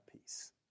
peace